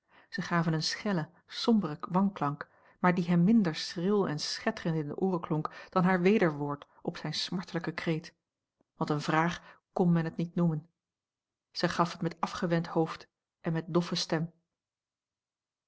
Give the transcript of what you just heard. zij gaven een schellen somberen wanklank maar die hem minder schril en schetterend in de ooren klonk dan haar wederwoord op zijn smartelijken kreet want eene vraag kon men het niet noemen zij gaf het met afgewend hoofd en met doffe stem